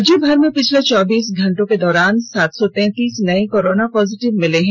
राज्यभर में पिछले चौबीस घंटे के दौरान सात सौ तैंतीस नये कोरोना पॉजिटिव मिले हैं